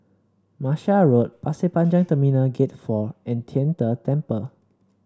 Martia Road Pasir Panjang Terminal Gate Four and Tian De Temple